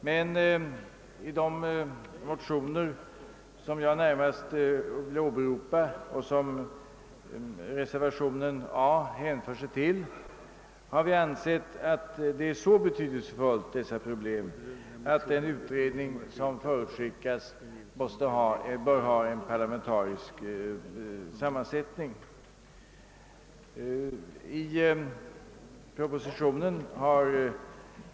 Men i de motioner som jag närmast vill åberopa — och som reservationen A hänför sig till — har vi ansett att dessa problem är så betydelsefulla, att den utredning som förutskickats bör ha en parlamentarisk sammansättning.